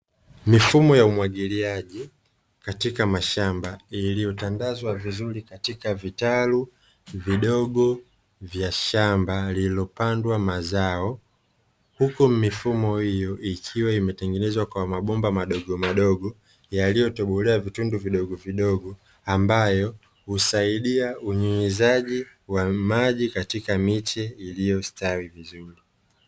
Mifumo ya umwagiliaji katika mashamba, iliyotandazwa vizuri katika vitalu vidogo vya shamba lililopandwa mazao, huku mifumo hiyo ikiwa imetengenezwa kwa mabomba madogomadogo yaliyotobolewa vitundu vidogovidogo ambayo husaidia unyunyizaji wa maji katika miche iliyostawi vizuri.